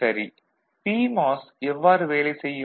சரி பிமாஸ் எவ்வாறு வேலை செய்யும்